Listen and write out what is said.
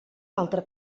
altra